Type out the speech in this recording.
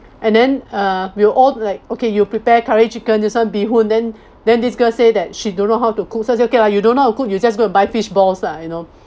and then uh we were all like okay you prepare curry chicken this [one] bee hoon then then this girl say that she don't know how to cook so it's okay lah you don't know how to cook you just go buy fish balls lah you know